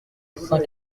saint